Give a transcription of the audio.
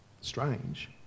strange